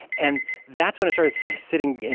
and that's when it started so sitting, and